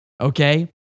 Okay